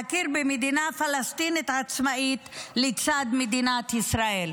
זה הזמן להכיר במדינה פלסטינית עצמאית לצד מדינת ישראל.